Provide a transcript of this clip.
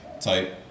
type